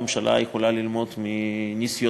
והממשלה יכולה ללמוד מניסיונו,